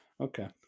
Okay